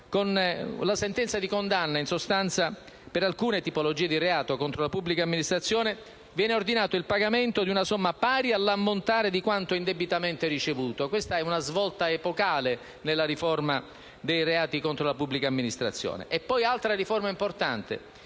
con la sentenza di condanna per alcune tipologie di reato contro la pubblica amministrazione viene ordinato il pagamento di una somma pari all'ammontare di quanto indebitamente ricevuto. Questa è una svolta epocale nella riforma dei reati contro la pubblica amministrazione. Altra riforma importante